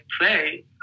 play